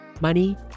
money